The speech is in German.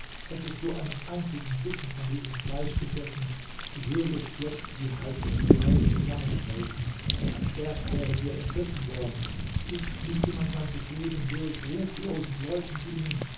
hättest du einen einzigen bissen von diesem fleisch gegessen du würdest jetzt wie heißes blei zusammenschmelzen dein schwert wäre dir entrissen worden ich müßte mein ganzes leben durch ruchlosen leuten dienen